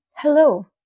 Hello